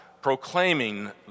proclaiming